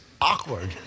awkward